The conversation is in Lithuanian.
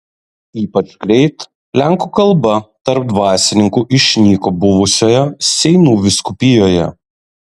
ypač greit lenkų kalba tarp dvasininkų išnyko buvusioje seinų vyskupijoje